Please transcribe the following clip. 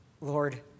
Lord